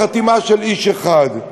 בחתימה של איש אחד.